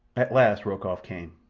at last rokoff came.